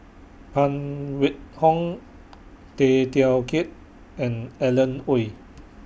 Phan Wait Hong Tay Teow Kiat and Alan Oei